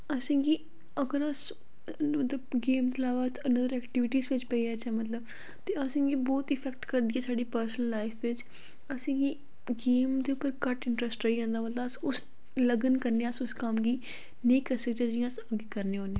असेंगी अगर अस मतलव गेम दे अलावा अदर एक्टिविटीज विच पेई जाचै मतलव ते असेंगी बोह्त इफैक्ट करदी ऐ साढ़ी पर्सनल लाईफ बिच असेंगी गेम दे उप्पर घट्ट इंटरस्ट रेही जंदा मतलब अस उस लगन कन्नै अस उस कम्म गी नेईं करी सकदे जियां अस अग्गें करने होन्ने